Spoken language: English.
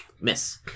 Miss